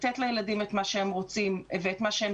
לתת לילדים את מה שהם רוצים ואת מה שהם